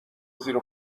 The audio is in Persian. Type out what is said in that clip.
زیر